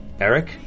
Eric